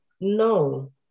no